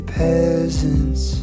peasants